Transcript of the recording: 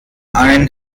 ein